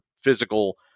physical